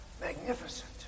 Magnificent